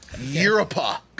Europa